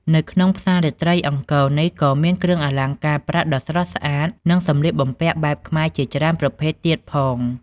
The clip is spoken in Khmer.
នៅក្នុងផ្សាររាត្រីអង្គរនេះក៏មាន គ្រឿងអលង្ការប្រាក់ដ៏ស្រស់ស្អាត និងសម្លៀកបំពាក់បែបខ្មែរជាច្រើនប្រភេទទៀតផង។